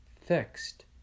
fixed